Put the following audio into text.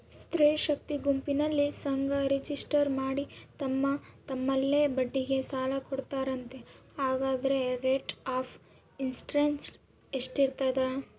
ಸ್ತ್ರೇ ಶಕ್ತಿ ಗುಂಪಿನಲ್ಲಿ ಸಂಘ ರಿಜಿಸ್ಟರ್ ಮಾಡಿ ತಮ್ಮ ತಮ್ಮಲ್ಲೇ ಬಡ್ಡಿಗೆ ಸಾಲ ಕೊಡ್ತಾರಂತೆ, ಹಂಗಾದರೆ ರೇಟ್ ಆಫ್ ಇಂಟರೆಸ್ಟ್ ಎಷ್ಟಿರ್ತದ?